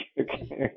okay